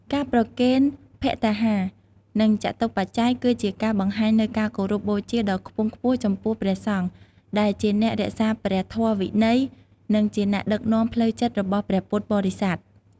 ការប្រគេនភត្តាហារ និងចតុបច្ច័យ គឺជាការបង្ហាញនូវការគោរពបូជាដ៏ខ្ពង់ខ្ពស់ចំពោះព្រះសង្ឃ ដែលជាអ្នករក្សាព្រះធម៌វិន័យ និងជាអ្នកដឹកនាំផ្លូវចិត្តរបស់ពុទ្ធបរិស័ទ។